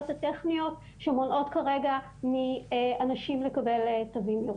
הטכניות שמונעות כרגע מאנשים לקבל תווים ירוקים.